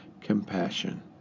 compassion